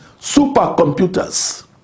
supercomputers